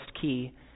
key